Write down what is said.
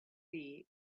sea